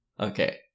Okay